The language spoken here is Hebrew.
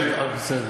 בסדר.